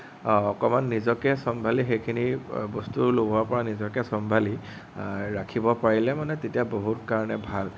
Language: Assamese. অকণমান নিজকে চম্ভালি সেইখিনি বস্তুৰ লোভৰ পৰা নিজকে চম্ভালি ৰাখিব পাৰিলে মানে তেতিয়া বহুত কাৰণে ভাল